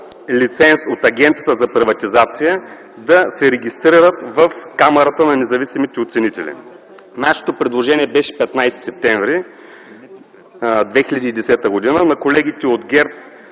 лиценз от Агенцията за приватизация, да се регистрират в Камарата на независимите оценители. Нашето предложение беше 15 септември 2010 г.; на колегите от ГЕРБ